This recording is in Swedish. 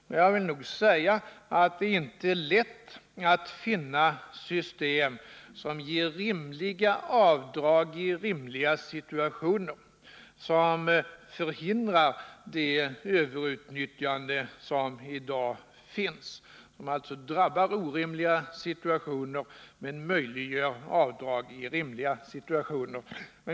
Men jag vill också säga att det inte är lätt att finna ett system som ger rimliga avdrag i rimliga situationer och som förhindrar det överutnyttjande som i dag förekommer — ett system som drabbar orimliga avdrag men medger avdrag i vissa rimliga situationer.